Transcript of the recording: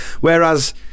Whereas